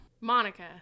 Monica